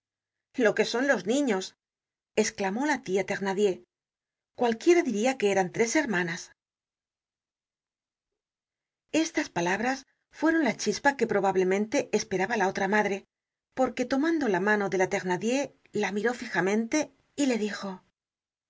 auréola loque son los niños esclamó la tia thenardier cualquiera diria que eran tres hermanas estas palabras fueron la chispa que probablemente esperaba la otra madre porque tomando la mano de la thenardier la miró fijamente y le dijo